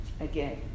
again